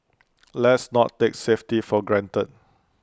let's not take safety for granted